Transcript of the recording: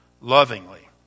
lovingly